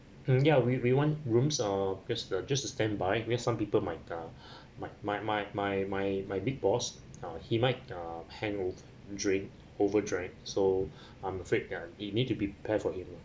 mm ya we we want rooms ah because just to standby because some people might uh my my my my my my big boss uh he might uh hangover uh over drink so I'm afraid that we need to be prepare for him